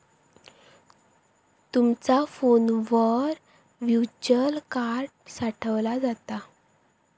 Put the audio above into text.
तुमचा फोनवर virtual card साठवला जाता